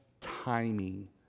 timing